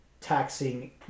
taxing